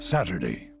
Saturday